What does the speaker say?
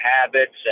habits